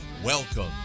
Welcome